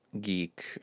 geek